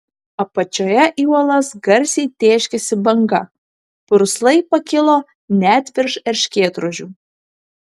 apačioje į uolas garsiai tėškėsi banga purslai pakilo net virš erškėtrožių